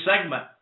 segment